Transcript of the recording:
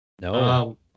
No